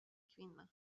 kvinna